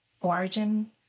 origin